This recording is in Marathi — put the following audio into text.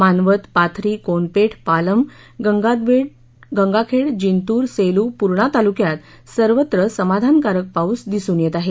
मानवत पाथरी कोनपेठ पालम गंगादवेड जिंतूर सेलू पूर्णा तालुक्यात सर्वत्र समाधानकारक पाऊस दिसून येत आहे